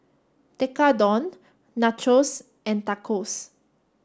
Tekkadon Nachos and Tacos